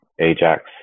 Ajax